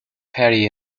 carry